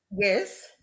Yes